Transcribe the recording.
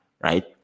right